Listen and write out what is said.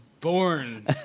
born